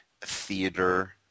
theater